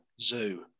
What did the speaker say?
zoo